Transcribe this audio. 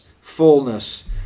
fullness